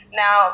now